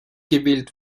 gewählt